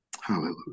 Hallelujah